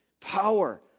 Power